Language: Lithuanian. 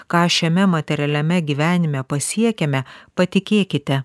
ką šiame materialiame gyvenime pasiekiame patikėkite